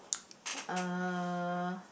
uh